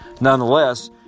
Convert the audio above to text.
nonetheless